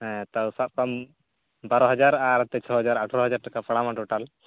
ᱦᱮᱸ ᱛᱟᱣ ᱥᱟᱵ ᱠᱟᱜ ᱢᱮ ᱵᱟᱨᱳ ᱦᱟᱡᱟᱨ ᱟᱨ ᱚᱱᱛᱮ ᱪᱷᱚ ᱦᱟᱡᱨ ᱟᱴᱷᱟᱨᱳ ᱦᱟᱡᱨ ᱴᱟᱠᱟ ᱯᱟᱲᱟᱣ ᱟᱢᱟ ᱴᱳᱴᱟᱞ